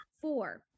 Four